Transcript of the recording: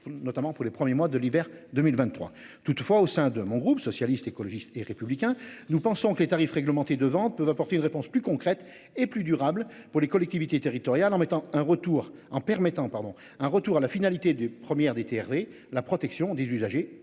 notamment pour les premiers mois de l'hiver 2023 toutefois au sein de mon groupe socialiste, écologiste et républicain. Nous pensons que les tarifs réglementés de vente peuvent apporter une réponse plus. Et plus durable pour les collectivités territoriales en mettant un retour en permettant, pardon, un retour à la finalité du première déterré la protection des usagers